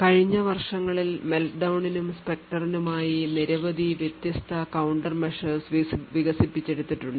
കഴിഞ്ഞ വർഷങ്ങളിൽ Meltdown നും Spectre നുമായി നിരവധി വ്യത്യസ്ത countermeasures വികസിപ്പിച്ചെടുത്തിട്ടുണ്ട്